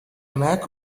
lack